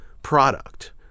Product